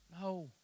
No